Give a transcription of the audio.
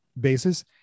basis